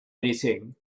anything